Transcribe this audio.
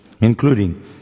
including